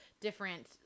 different